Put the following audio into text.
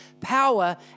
power